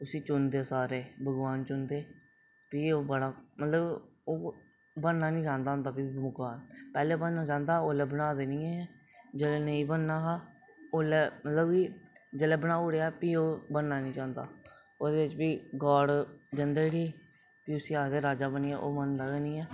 उसी चुनदे सारे भगवान चुनदे फ्ही ओह् बड़ा बनना नेईं चाहंदा होंदा भगवान पैहलें बनना चांहदा ओलै बनांदे नेईं हे जेलै नेईं बनना हा ओलै मतलब कि जेलै बनाई ओड़ेआ फ्ही ओह् बनना नेई चाहंदा ओह्दे च बी गाड जंदे उठी पिह् उसी आखदे राजा बनी जा ओह् बनदा गै नेई ऐ